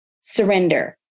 surrender